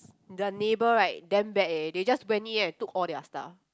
the neighbour right damn bad eh they just went in and took all their stuff